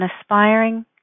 aspiring